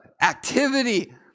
activity